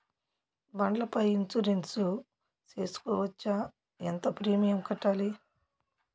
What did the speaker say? బండ్ల పై ఇన్సూరెన్సు సేసుకోవచ్చా? ఎంత ప్రీమియం కట్టాలి?